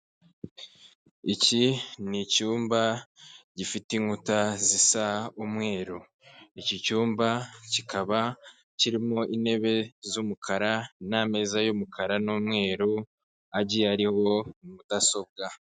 Iki ni icyumba gifite inkuta zisa umweru, iki cyumba kikaba kirimo intebe z'umukara n'ameza y'umukara n'umweru, agiye ariho mudasobwa.